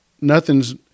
nothing's